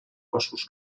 boscos